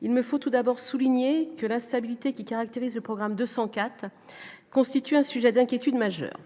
il ne faut tout d'abord souligné que l'instabilité qui caractérise le programme 204 constitue un sujet d'inquiétude majeure